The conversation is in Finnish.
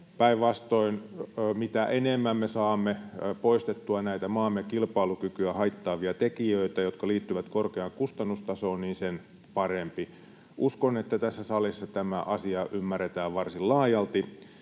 Päinvastoin, mitä enemmän me saamme poistettua näitä maamme kilpailukykyä haittaavia tekijöitä, jotka liittyvät korkeaan kustannustasoon, sen parempi. Uskon, että tässä salissa tämä asia ymmärretään varsin laajalti.